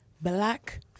black